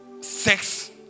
sex